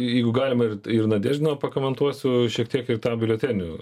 jeigu galima ir ir nadieždiną pakomentuosiu šiek tiek ir tą biuletenių